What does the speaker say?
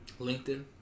LinkedIn